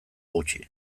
gutxi